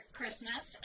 Christmas